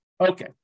Okay